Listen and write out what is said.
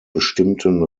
bestimmten